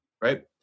right